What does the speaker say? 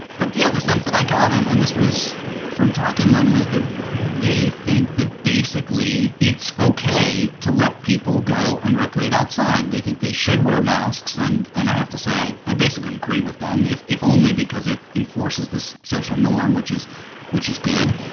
but give yeah the sense that i got and and this was from talking to them was that they think that basically it's okay to let people go and recreate outside. they think they should wear masks. and and i have to say, i basically agree with them if if only because it enforces this social norm, which is which is good.